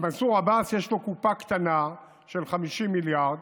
למנסור עבאס יש קופה קטנה של 50 מיליארד